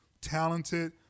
talented